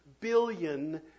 billion